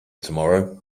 tomorrow